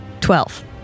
Twelve